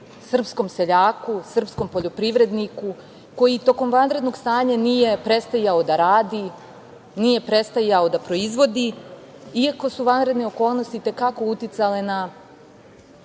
srpskom seljaku, srpskom poljoprivredniku, koji tokom vanrednog stanja nije prestajao da radi, nije prestajao da proizvodi, iako su vanredne okolnosti i te kako uticale na